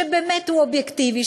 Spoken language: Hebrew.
שבאמת הוא אובייקטיבי,